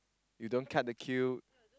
you don't cut the queue